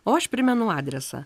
o aš primenu adresą